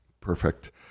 Perfect